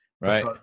Right